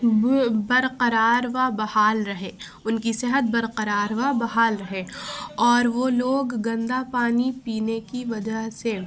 برقرار و بحال رہے ان کی صحت برقرار و بحال رہے اور وہ لوگ گندہ پانی پینے کی وجہ سے